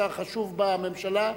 שר חשוב בממשלה,